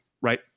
right